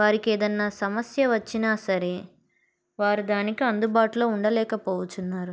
వారికి ఏదైనా సమస్య వచ్చినా సరే వారు దానికి అందుబాటులో ఉండలేకపోతున్నారు